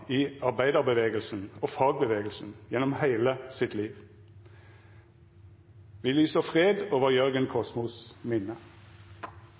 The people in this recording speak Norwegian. i arbeiderbevegelsen og fagbevegelsen gjennom hele sitt liv. Vi lyser fred over Jørgen Kosmos minne.